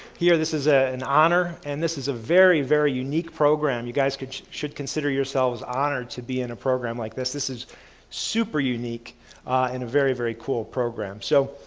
here, this is ah an honor and this is a very very unique program. you guys should should consider yourselves honored to be in a program like this. this is super unique and a very very cool program. so,